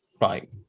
right